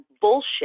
bullshit